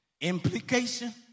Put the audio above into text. Implication